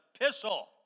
epistle